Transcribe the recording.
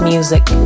Music